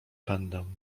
pędem